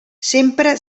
sempre